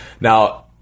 now